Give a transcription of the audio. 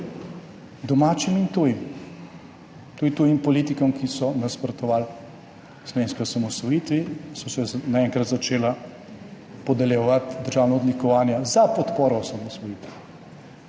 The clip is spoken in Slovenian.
domačim in tujim. Tudi tujim politikom, ki so nasprotovali slovenski osamosvojitvi, so se naenkrat začela podeljevati državna odlikovanja za podporo osamosvojitvi.